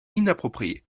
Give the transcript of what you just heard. inapproprié